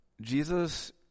Jesus